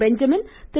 Benjamin Thiru